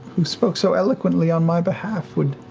who spoke so eloquently on my behalf, would